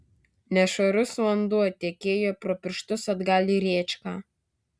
nešvarus vanduo tekėjo pro pirštus atgal į rėčką